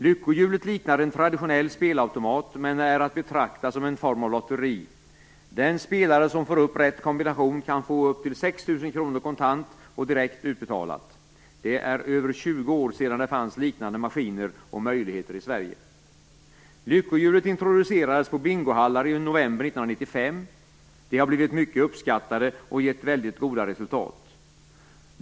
Lyckohjulet liknar en traditionell spelautomat, men är att betrakta som en form av lotteri. Den spelare som får upp rätt kombination kan få upp till 6 000 kr kontant och direkt utbetalat. Det är över 20 år sedan det fanns liknande maskiner och möjligheter i Sverige! Lyckohjulet introducerades på bingohallar i november 1995. De har blivit mycket uppskattade och gett väldigt goda resultat.